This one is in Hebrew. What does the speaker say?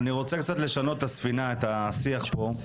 אני רוצה קצת לשנות את הספינה, את השיח פה.